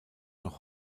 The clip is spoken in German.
noch